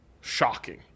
shocking